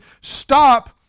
stop